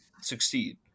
succeed